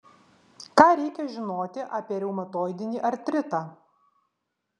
ką reikia žinoti apie reumatoidinį artritą